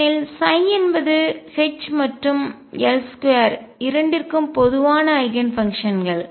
ஏனெனில் ψ என்பது H மற்றும் L2 இரண்டிற்கும் பொதுவான ஐகன் ஃபங்க்ஷன்கள்